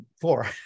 four